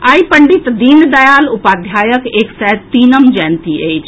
आइ पंडित दीनदयाल उपाध्यायक एक सय तीनम जयंती अछि